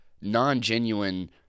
non-genuine